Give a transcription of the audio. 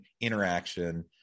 interaction